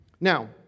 Now